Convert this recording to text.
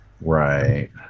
Right